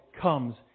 comes